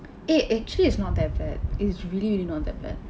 eh actually is not that bad is really really not that bad